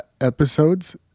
episodes